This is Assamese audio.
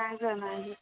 নাই যোৱা নাই যোৱা